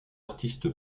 artiste